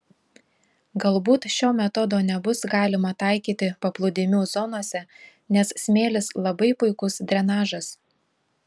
galbūt šio metodo nebus galima taikyti paplūdimių zonose nes smėlis labai puikus drenažas